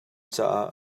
caah